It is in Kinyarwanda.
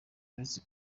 uretse